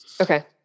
okay